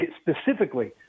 specifically